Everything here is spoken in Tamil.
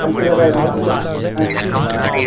ஃபங்க்ஷன் வேற எனக்கு அது ஆ ஆ ஆ